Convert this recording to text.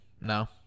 no